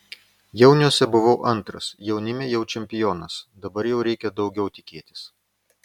jauniuose buvau antras jaunime jau čempionas dabar jau reikia daugiau tikėtis